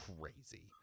crazy